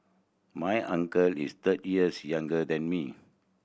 my uncle is thirty years younger than me